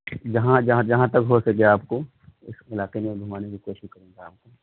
یہاں جہاں جہاں تک ہو سکے آپ کو اس علاقے میں گھمانے کی کوشش کروں گا